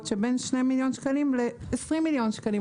שבין 2 מיליון שקלים ל-20 מיליון שקלים.